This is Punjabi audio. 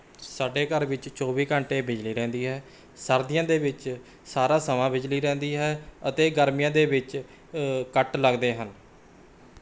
ਸਾਡੇ ਘਰ ਵਿੱਚ ਚੌਵੀ ਘੰਟੇ ਬਿਜਲੀ ਰਹਿੰਦੀ ਹੈ ਸਰਦੀਆਂ ਦੇ ਵਿੱਚ ਸਾਰਾ ਸਮਾਂ ਬਿਜਲੀ ਰਹਿੰਦੀ ਹੈ ਅਤੇ ਗਰਮੀਆਂ ਦੇ ਵਿੱਚ ਕੱਟ ਲੱਗਦੇ ਹਨ